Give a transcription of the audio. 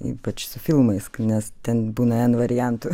ypač su filmais nes ten būna n variantų